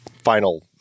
final